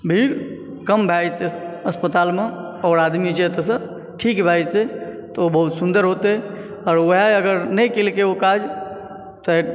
भीड़ कम भय जेतै अस्पताल मे आओर आदमी जे छै एतए सऽ ठीक भय जेतै तऽ ओऽ बहुत सुन्दर होते आओर वएह अगर नहि केलके ओ काज तऽ